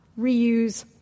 reuse